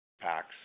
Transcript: packs